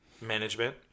management